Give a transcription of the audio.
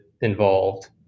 involved